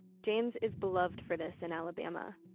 james is beloved for this in alabama.